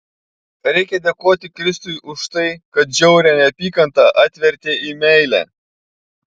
reikia dėkoti kristui už tai kad žiaurią neapykantą atvertė į meilę